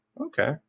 okay